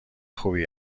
خوبی